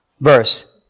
verse